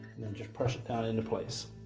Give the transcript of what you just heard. and then just press it down into place.